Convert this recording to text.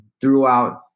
throughout